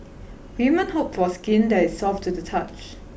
women hope for skin that is soft to the touch